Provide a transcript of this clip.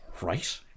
Right